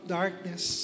darkness